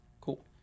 Cool